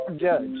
Judge